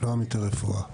לא עמיתי רפואה.